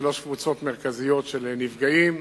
שלוש קבוצות מרכזיות, של נפגעים